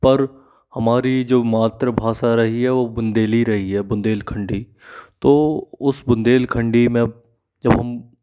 पर हमारी जो मातृभाषा रही है वह बुन्देली रही है बुन्देलखंडी तो उस बुन्देलखंडी में जब हम